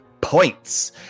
points